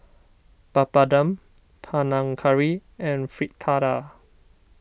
Papadum Panang Curry and Fritada